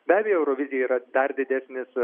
be abejo eurovizija yra dar didesnis